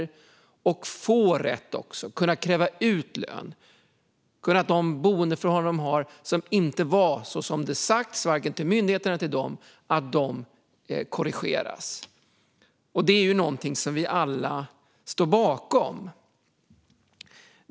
De ska också kunna få rätt och därmed kunna kräva att få ut lön och få boendeförhållandena korrigerade om de inte är så som de har sagts till dem och myndigheterna. Detta står vi alla bakom.